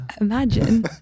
Imagine